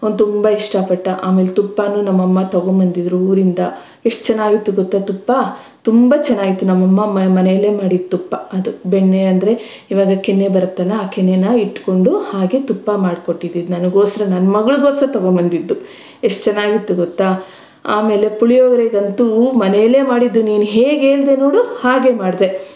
ಅವ್ನು ತುಂಬ ಇಷ್ಟಪಟ್ಟ ಆಮೇಲೆ ತುಪ್ಪಾನು ನಮ್ಮ ಅಮ್ಮ ತಗೊಂಬಂದಿದ್ರು ಊರಿಂದ ಎಷ್ಟು ಚೆನ್ನಾಗಿತ್ತು ಗೊತ್ತಾ ತುಪ್ಪ ತುಂಬ ಚೆನ್ನಾಗಿತ್ತು ನಮ್ಮ ಅಮ್ಮ ಮನೆಯಲ್ಲೆ ಮಾಡಿದ ತುಪ್ಪ ಅದು ಬೆಣ್ಣೆ ಅಂದರೆ ಇವಾಗ ಕೆನೆ ಬರುತ್ತಲ್ಲ ಆ ಕೆನೆನ ಇಟ್ಟುಕೊಂಡು ಹಾಗೆ ತುಪ್ಪ ಮಾಡ್ಕೊಟ್ಟಿದಿದ್ದು ನನ್ಗೋಸ್ರ ನನ್ನ ಮಗಳ್ಗೋಸ್ರ ತಗೊಂಬಂದಿದ್ದು ಎಷ್ಟು ಚೆನ್ನಾಗಿತ್ತು ಗೊತ್ತಾ ಆಮೇಲೆ ಪುಳಿಯೋಗ್ರೆಗಂತೂ ಮನೇಲೆ ಮಾಡಿದ್ದು ನೀನು ಹೇಗೆ ಹೇಳಿದೆ ನೋಡು ಹಾಗೇ ಮಾಡಿದೆ